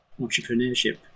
entrepreneurship